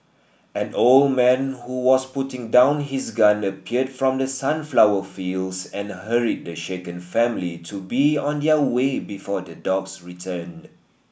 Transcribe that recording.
an old man who was putting down his gun appeared from the sunflower fields and hurried the shaken family to be on their way before the dogs return